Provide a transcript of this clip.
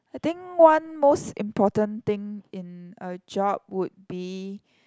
I think one most important thing in a job would be